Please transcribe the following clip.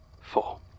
Four